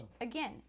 again